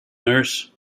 nurse